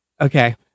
Okay